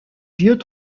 vieux